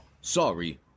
Sorry